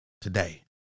today